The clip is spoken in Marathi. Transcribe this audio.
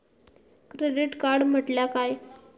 क्रेडिट कार्ड म्हटल्या काय?